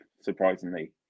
surprisingly